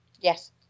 Yes